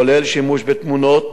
כולל שימוש בתמונות